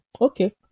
Okay